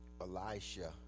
Elisha